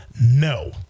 no